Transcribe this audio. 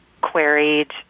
queried